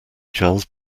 charles